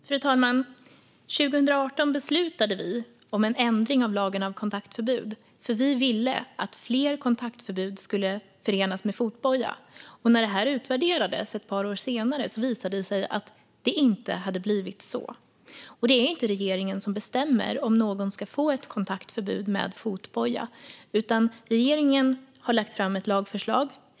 Fru talman! År 2018 beslutade vi om en ändring av lagen om kontaktförbud, för vi ville att fler kontaktförbud skulle förenas med fotboja. När det utvärderades ett par år senare visade det sig att det inte hade blivit så. Det är inte regeringen som bestämmer om någon ska få ett kontaktförbud med fotboja, utan regeringen har lagt fram ett lagförslag.